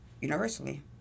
universally